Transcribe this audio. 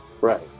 Right